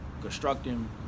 Constructing